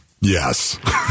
yes